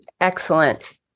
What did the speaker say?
excellent